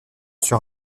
sur